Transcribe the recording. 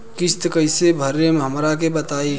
किस्त कइसे भरेम हमरा के बताई?